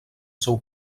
seu